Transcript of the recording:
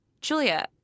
Julia